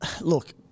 Look